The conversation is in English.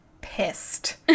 pissed